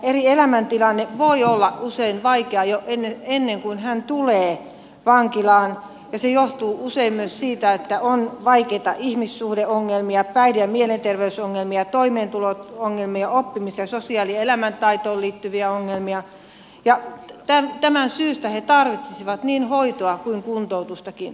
vangin elämäntilanne voi olla usein vaikea jo ennen kuin hän tulee vankilaan ja se johtuu usein siitä että on vaikeita ihmissuhdeongelmia päihde ja mielenterveysongelmia toimeentulo ongelmia oppimis sosiaali ja elämäntaitoon liittyviä ongelmia ja tästä syystä he tarvitsisivat niin hoitoa kuin kuntoutustakin